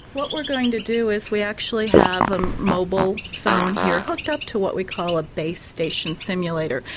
what we're going to do is we actually have a mobile phone here hooked up to what we call a base station simulator.